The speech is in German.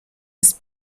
ist